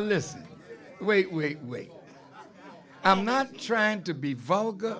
listen wait wait wait i'm not trying to be vulgar